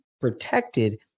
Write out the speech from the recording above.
protected